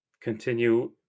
continue